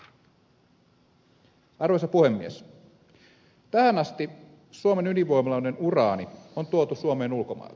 tähän asti suomen ydinvoimaloiden uraani on tuotu suomeen ulkomailta